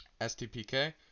STPK